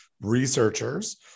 researchers